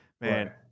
man